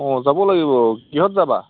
অঁ যাব লাগিব কিহত যাবা